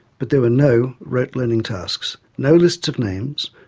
but there were no rote learning tasks no lists of names,